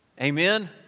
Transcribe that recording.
Amen